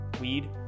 weed